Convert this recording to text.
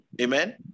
amen